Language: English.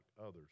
others